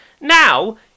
now